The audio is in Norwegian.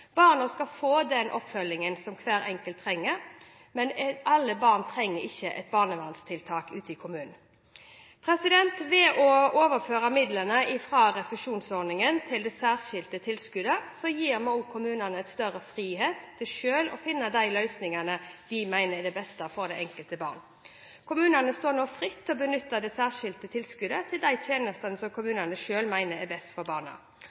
skal få den oppfølgingen som hver enkelt trenger. Men alle barn trenger ikke et barnevernstiltak ute i kommunen. Ved å overføre midler fra refusjonsordningen til det særskilte tilskuddet gir vi kommunene større frihet til selv å finne de løsningene de mener er best for det enkelte barn. Kommunene står nå fritt til å benytte det særskilte tilskuddet til de tjenestene kommunene selv mener er best for barna.